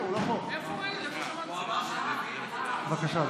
בבקשה.